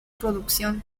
producción